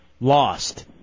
Lost